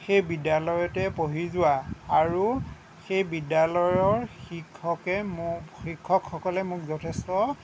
সেই বিদ্যালয়তে পঢ়ি যোৱা আৰু সেই বিদ্যালয়ৰ শিক্ষকে মোক শিক্ষকসকলে মোক যথেষ্ট